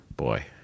boy